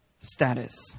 status